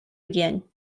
again